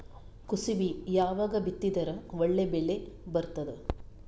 ಕುಸಬಿ ಯಾವಾಗ ಬಿತ್ತಿದರ ಒಳ್ಳೆ ಬೆಲೆ ಬರತದ?